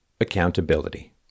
accountability